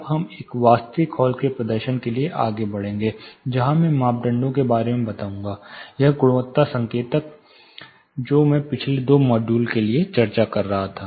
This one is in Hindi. अब हम एक वास्तविक हॉल के प्रदर्शन के लिए आगे बढ़ेंगे जहां मैं इन मापदंडों के बारे में बात करूंगा यह गुणवत्ता संकेतक जो मैं पिछले दो मॉड्यूल के लिए चर्चा कर रहा था